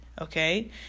Okay